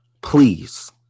Please